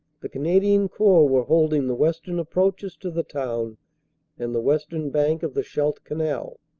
the canadian corps were holding the western approaches to the town and the western bank of the scheldt canal,